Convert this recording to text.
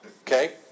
okay